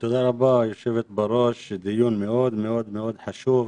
תודה רבה, יושבת הראש, דיון מאוד מאוד מאוד חשוב.